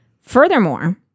Furthermore